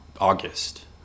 August